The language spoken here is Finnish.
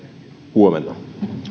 huomenna